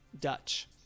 Dutch